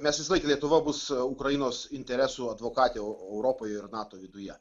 mes visąlaik lietuva bus ukrainos interesų advokatė europoj ir nato viduje